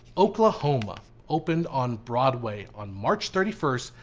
oklahoma opened on broadway on march thirty first,